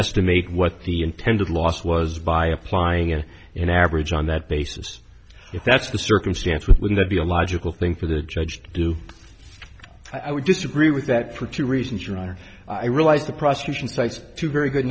estimate what the intended loss was by applying in an average on that basis if that's the circumstance with would that be a logical thing for the judge to do i would disagree with that for two reasons your honor i realize the prosecution cites two very good